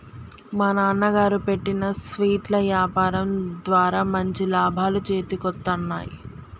మా నాన్నగారు పెట్టిన స్వీట్ల యాపారం ద్వారా మంచి లాభాలు చేతికొత్తన్నయ్